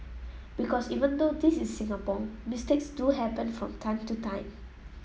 because even though this is Singapore mistakes do happen from time to time